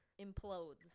implodes